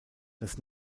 das